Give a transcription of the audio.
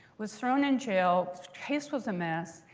was thrown in jail, face was a mess.